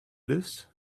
lives